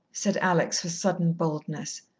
said alex, with sudden boldness.